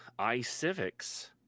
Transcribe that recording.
iCivics